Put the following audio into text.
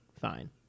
fine